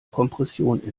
kompression